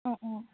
অঁ অঁ